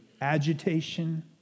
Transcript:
agitation